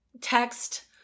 text